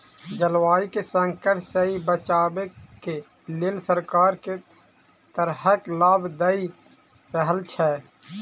जलवायु केँ संकट सऽ बचाबै केँ लेल सरकार केँ तरहक लाभ दऽ रहल छै?